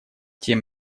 тем